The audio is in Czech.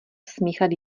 smíchat